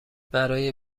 برای